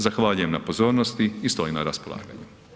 Zahvaljujem na pozornosti i stojim na raspolaganju.